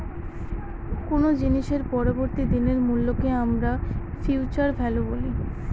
কোনো জিনিসের পরবর্তী দিনের মূল্যকে আমরা ফিউচার ভ্যালু বলি